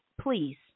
please